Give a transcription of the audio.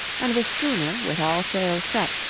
and the schooner, with all sails set,